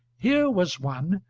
here was one,